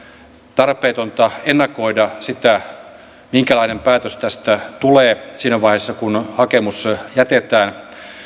tarpeetonta ennakoida sitä minkälainen päätös tästä tulee siinä vaiheessa kun hakemus jätetään